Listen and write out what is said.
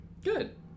good